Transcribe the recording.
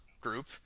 group